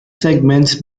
segments